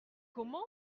comment